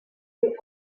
est